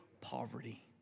poverty